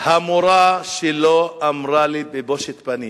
והמורה שלו אמרה לי בבושת פנים: